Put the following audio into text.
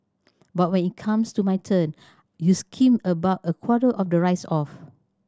but when it comes to my turn you skim about a quarter of the rice off